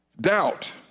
Doubt